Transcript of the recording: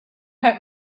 hurt